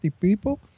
people